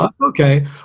Okay